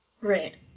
Right